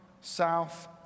south